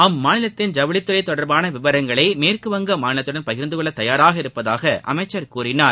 அம்மாநிலத்தின் ஐவுளி துறை தொடர்பான விவரங்களை மேற்குவங்க மாநிலத்தடன் பகிர்ந்தகொள்ள தயாராக இருப்பதாக அமைச்சர் கூறினார்